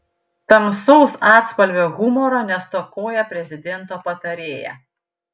tamsaus atspalvio humoro nestokoja prezidento patarėja